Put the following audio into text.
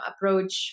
approach